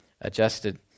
adjusted